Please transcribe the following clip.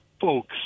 folks